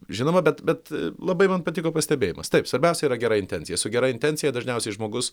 žinoma bet bet labai man patiko pastebėjimas taip svarbiausia yra gera intencija su gera intencija dažniausiai žmogus